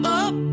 up